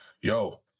yo